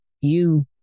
you-